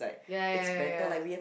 ya ya ya